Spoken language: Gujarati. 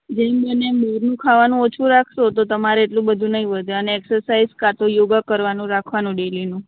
જેમ બને એમ બહારનું ખાવાનું ઓછું રાખશો તો તમારે એટલું બધું નહીં વધે અને એક્સસાઇઝ કાં તો યોગા કરવાનું રાખવાનું ડેઈલીનું